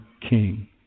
King